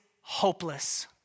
hopeless